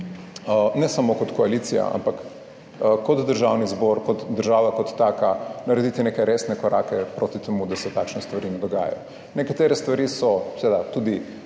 ne samo kot koalicija, ampak kot Državni zbor, kot država kot taka, narediti neke resne korake proti temu, da se takšne stvari ne dogajajo. Nekatere stvari so